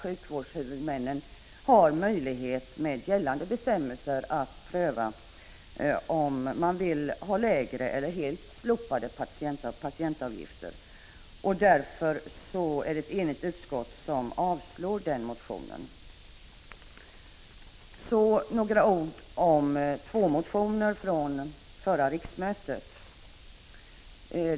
Sjukvårdshuvudmännen har alltså enligt gällande bestämmelser möjlighet att pröva om de vill ha lägre eller helt slopade patientavgifter. Därför avstyrker ett enigt utskott den motionen. Så några ord om två motioner från förra riksmötet.